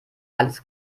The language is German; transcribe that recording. alles